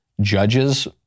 judges